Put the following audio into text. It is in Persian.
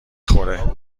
خوره